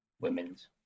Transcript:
women's